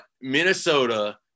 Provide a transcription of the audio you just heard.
Minnesota